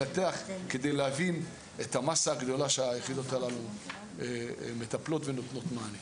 כדי להבין את המסה הגדולה שהיחידות הללו מטפלות בה ונותנות לה מענה.